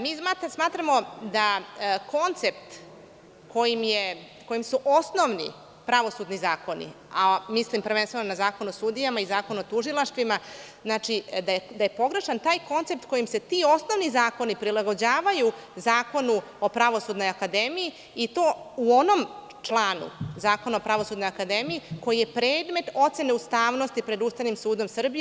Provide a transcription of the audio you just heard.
Mi smatramo da koncept kojim su osnovni pravosudni zakoni, a mislim prvenstveno na Zakon o sudijama i zakon o tužilaštvima, da je pogrešan taj koncept kojim se ti osnovni zakoni prilagođavaju Zakonu o Pravosudnoj akademiji i to u onom članu Zakona o Pravosudnoj akademiji koji je predmet ocene ustavnosti pred Ustavnim sudom Srbije.